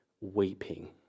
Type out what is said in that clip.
weeping